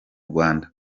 rwanda